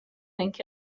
اینکه